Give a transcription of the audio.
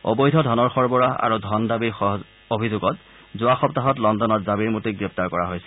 অবৈধ ধনৰ সৰবৰাহ আৰু ধন দাবীৰ অভিযোগত যোৱা সপ্তাহত লণ্ডনত জাবিৰ মোটিক গ্ৰেপ্তাৰ কৰা হৈছিল